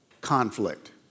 conflict